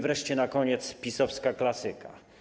Wreszcie na koniec PiS-owska klasyka.